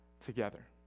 together